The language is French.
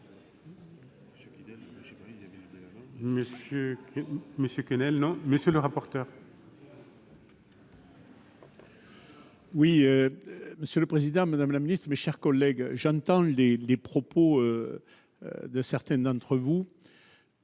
monsieur le rapporteur,